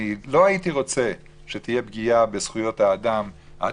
אני לא הייתי רוצה שתהיה פגיעה בזכויות אדם עד